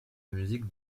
musique